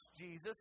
jesus